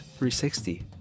360